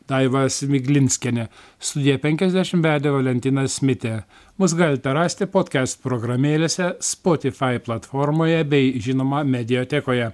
daiva smiglinskienė studiją penkiasdešim vedė valentinas mitė mus galite rasti podkest programėlėse spotifai platformoje bei žinoma mediatekoje